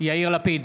יאיר לפיד,